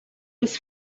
was